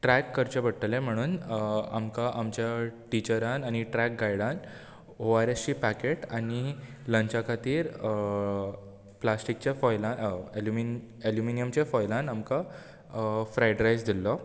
trek करचें पडटलें म्हणून आमकां आमच्या टिचरान आनी ट्रेक गायडान ओआरएसाचीं पॅकेट आनी लंचा खातीर प्लास्टीकच्या फाॅयलान एलुमिनीयमच्या फाॅयलान आमकां फ्राइड रायस दिल्लो